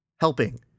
helping